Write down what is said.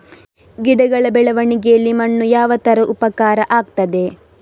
ಗಿಡಗಳ ಬೆಳವಣಿಗೆಯಲ್ಲಿ ಮಣ್ಣು ಯಾವ ತರ ಉಪಕಾರ ಆಗ್ತದೆ?